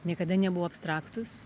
niekada nebuvo abstraktūs